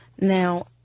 Now